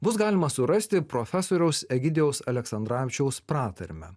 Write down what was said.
bus galima surasti profesoriaus egidijaus aleksandravičiaus pratarmę